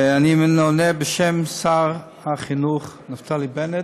אני עונה בשם שר החינוך נפתלי בנט.